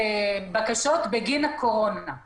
כל הבקשות הן בגין הנושא של הקורונה.